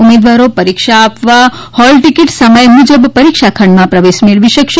ઉમેદવારો પરીક્ષા આપવા હોલ ટિકિટ સમય મુજબ પરીક્ષા ખંડમાં પ્રવેશ મેળવી શકશે